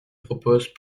propose